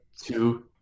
Two